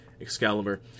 Excalibur